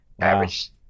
Average